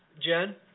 Jen